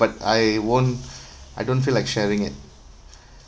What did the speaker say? but I won't I don't feel like sharing it